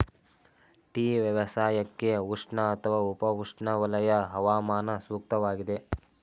tea ವ್ಯವಸಾಯಕ್ಕೆ ಉಷ್ಣ ಅಥವಾ ಉಪ ಉಷ್ಣವಲಯ ಹವಾಮಾನ ಸೂಕ್ತವಾಗಿದೆ